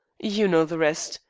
you know the rest,